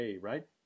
right